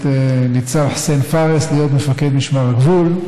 ניצב חסין פארס להיות מפקד משמר הגבול.